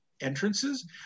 entrances